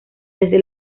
desde